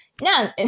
now